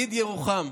ירוחם.